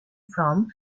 from